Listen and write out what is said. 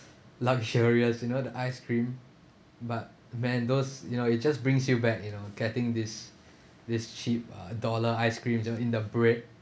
luxurious you know the ice cream but man those you know it just brings you back you know getting this this cheap uh dollar ice cream you know in the bread